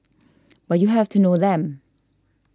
but you have to know them